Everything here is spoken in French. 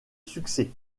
succès